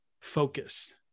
focus